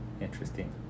Interesting